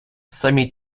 самі